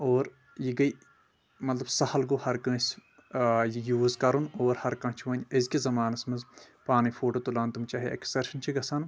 اور یہِ گٔے مطلب سہل گوٚو ہر کٲنٛسہِ آ یہِ یوٗز کرُن اور ہر کانٛہہ چھُ وۄنۍ أز کِس زمانس منٛز پانے فوٹو تُلان تِم چھِ اٮ۪کسکرشن چھِ گژھان